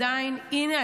הינה,